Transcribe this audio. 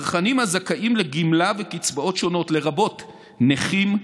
צרכנים הזכאים לגמלה וקצבאות שונות, לרבות נכים,